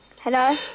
Hello